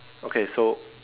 okay so